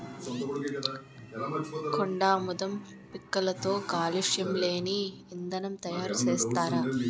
కొండాముదం పిక్కలతో కాలుష్యం లేని ఇంధనం తయారు సేత్తారు